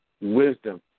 wisdom